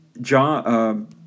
John